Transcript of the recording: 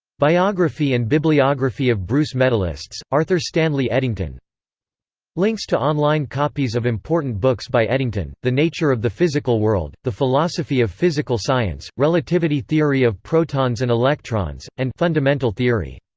biography and bibliography of bruce medalists arthur stanley eddington links to online copies of important books by eddington the nature of the physical world, the philosophy of physical science, relativity theory of protons and electrons, and fundamental theory